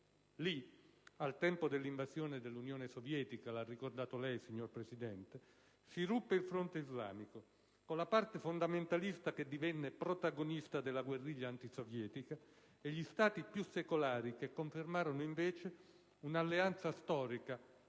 Lì, al tempo dell'invasione dell'Unione Sovietica - lo ha ricordato lei, signora Presidente - si ruppe il fronte islamico, con la parte fondamentalista che divenne protagonista della guerriglia antisovietica e gli Stati più secolari che confermarono, invece, un'alleanza storica